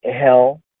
hell